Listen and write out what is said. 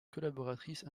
collaboratrice